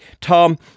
Tom